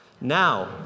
Now